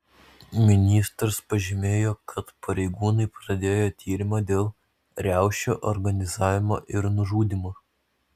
ministras pažymėjo kad pareigūnai pradėjo tyrimą dėl riaušių organizavimo ir nužudymo